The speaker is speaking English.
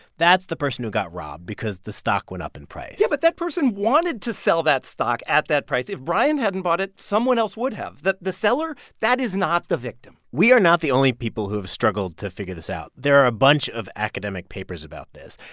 that's the person who got robbed because the stock went up in price yeah, but that person wanted to sell that stock at that price. if bryan hadn't bought it, someone else would have. the the seller, that is not the victim we are not the only people who have struggled to figure this out. there are a bunch of academic papers about this.